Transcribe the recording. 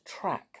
track